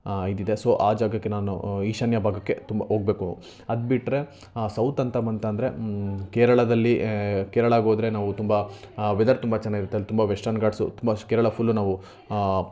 ಇದಿದೆ ಸೋ ಆ ಜಾಗಕ್ಕೆ ನಾನು ಈಶಾನ್ಯ ಭಾಗಕ್ಕೆ ತುಂಬ ಹೋಗ್ಬೇಕು ಅದು ಬಿಟ್ಟರೆ ಸೌತ್ ಅಂತ ಬಂತಂದರೆ ಕೇರಳದಲ್ಲಿ ಕೇರಳಾಗೆ ಹೋದ್ರೆ ನಾವು ತುಂಬ ವೆದರ್ ತುಂಬ ಚೆನ್ನಾಗಿರತ್ತೆ ಅಲ್ಲಿ ತುಂಬ ವೆಸ್ಟನ್ ಗಾಟ್ಸು ತುಂಬ ಕೇರಳ ಫುಲ್ಲು ನಾವು